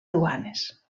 duanes